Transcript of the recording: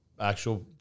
actual